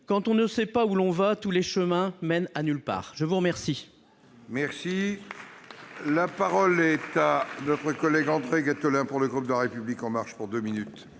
Quand on ne sait pas où l'on va, tous les chemins mènent nulle part. » La parole